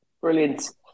Brilliant